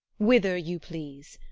whither you please.